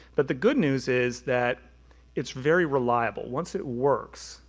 but the good news is that it's very reliable. once it works,